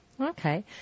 Okay